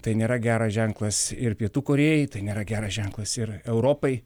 tai nėra geras ženklas ir pietų korėjai tai nėra geras ženklas ir europai